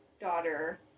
daughter